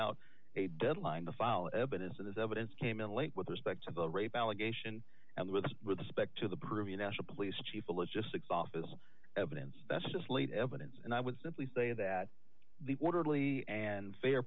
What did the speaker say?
out a deadline to file evidence of this evidence came in late with respect to the rape allegation and with respect to the peruvian national police chief bill is just six office evidence that's just late evidence and i would simply say that the orderly and fair